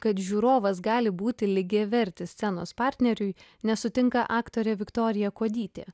kad žiūrovas gali būti lygiavertis scenos partneriui nesutinka aktorė viktorija kuodytė